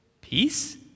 peace